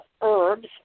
Herbs